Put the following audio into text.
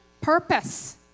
purpose